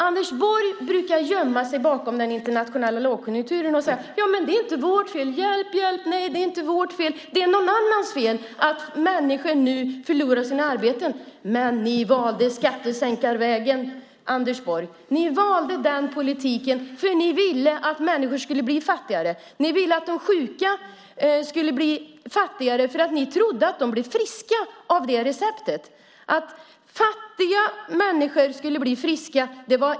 Anders Borg brukar gömma sig bakom den internationella lågkonjunkturen och säga: Det är inte vårt fel. Hjälp, hjälp, det är inte vårt fel. Det är någon annans fel att människor förlorar sina arbeten nu. Men ni valde skattesänkarvägen, Anders Borg. Ni valde den politiken därför att ni ville att människor skulle bli fattigare. Ni ville att de sjuka skulle bli fattigare. Ni trodde att de blev friska av det receptet. Det var er ideologi att fattiga människor skulle bli friska.